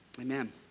Amen